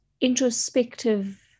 introspective